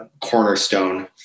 cornerstone